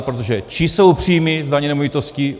Protože čí jsou příjmy z daně z nemovitosti?